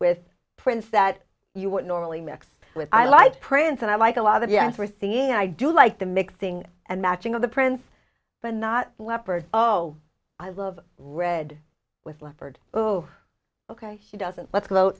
with prince that you would normally mix with i like prince and i like a lot of yes we're seeing i do like the mixing and matching of the prince but not leopard oh i love red with leopard oh ok he doesn't let's g